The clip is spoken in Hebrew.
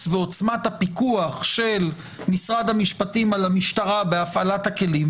ועוצמת הפיקוח של משרד המשפטים על המשטרה בהפעלת הכלים,